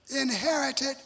inherited